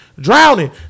Drowning